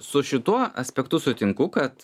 su šituo aspektu sutinku kad